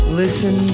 listen